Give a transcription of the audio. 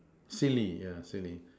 silly yeah silly